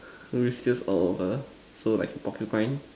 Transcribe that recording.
whiskers out of a so like a porcupine